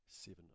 Seven